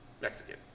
Mexican